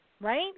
right